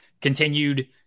continued